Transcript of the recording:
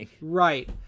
Right